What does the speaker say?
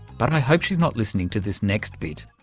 but i hope she's not listening to this next bit.